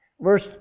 Verse